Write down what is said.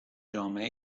جامعه